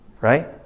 right